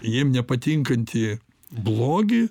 jiem nepatinkantį blogį